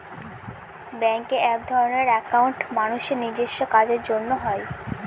ব্যাঙ্কে একধরনের একাউন্ট মানুষের নিজেস্ব কাজের জন্য হয়